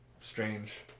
strange